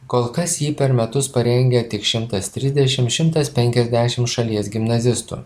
kol kas jį per metus parengia tik šimtas trisdešim šimtas penkiasdešim šalies gimnazistų